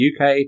UK